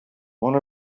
one